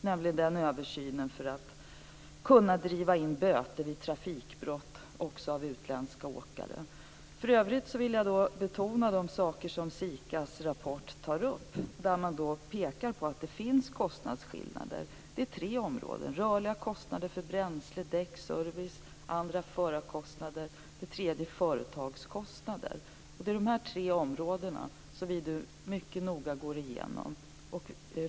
Det är en översyn av möjligheterna att kunna driva in böter vid trafikbrott också av utländska åkare. För övrigt vill jag betona de saker som SIKA:s rapport tar upp där man pekar på att det finns kostnadsskillnader. Det är tre områden: rörliga kostnader för bränsle, däck och service, förarkostnader och företagskostnader. Det är dessa tre områden som vi mycket noga går igenom.